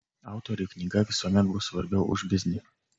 autoriui knyga visuomet bus svarbiau už biznį